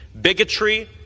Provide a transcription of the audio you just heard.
bigotry